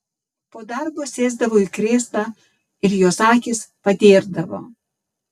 po darbo sėsdavo į krėslą ir jos akys padėrdavo